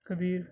کبیر